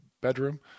bedroom